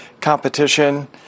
competition